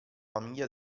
famiglia